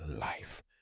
life